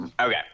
Okay